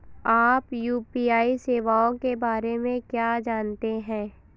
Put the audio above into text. आप यू.पी.आई सेवाओं के बारे में क्या जानते हैं?